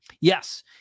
Yes